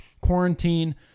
quarantine